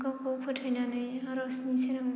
गावखौ फोथायनानै आर'जनि सेराव